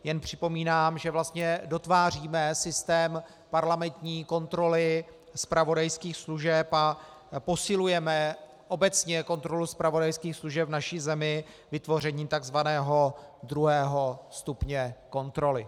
Jen připomínám, že dotváříme systém parlamentní kontroly zpravodajských služeb a posilujeme obecně kontrolu zpravodajských služeb v naší zemi vytvořením tzv. druhého stupně kontroly.